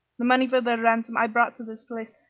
the money for their ransom i brought to this place,